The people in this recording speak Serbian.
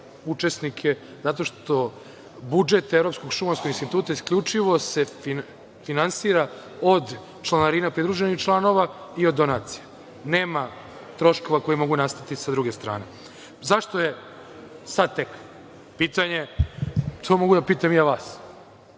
učesnike, zato što budžet Evropskog šumarskog instituta isključivo se finansira od članarina pridruženih članova i od donacija. Nema troškova koji mogu nastati sa druge strane.Zašto je sad tek, pitanje, to mogu da pitam i ja vas.